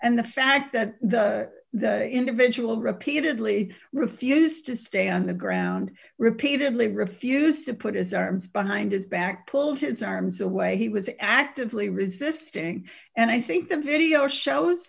and the fact that the individual repeatedly refused to stay on the ground repeatedly refused to put his arms behind his back pulled his arms away he was actively resisting and i think the video shows